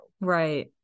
Right